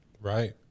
Right